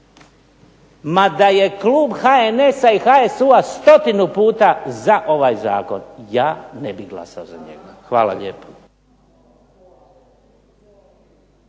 Ma da je klub HNS-a i HSU-a stotinu puta za ovaj zakon ja ne bih glasovao za njega. Hvala lijepo.